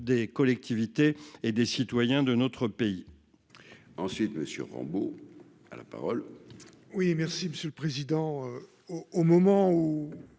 des collectivités et des citoyens de notre pays.